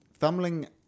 Thumbling